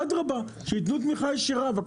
אדרבה, שייתנו תמיכה ישירה.